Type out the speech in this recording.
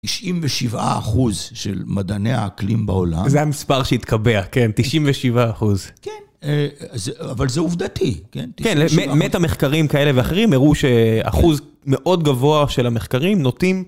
97 אחוז של מדעני האקלים בעולם. זה המספר שהתקבע, כן, 97 אחוז. כן, אבל זה עובדתי, כן? כן, למטא מחקרים כאלה ואחרים, הראו שאחוז מאוד גבוה של המחקרים נוטים.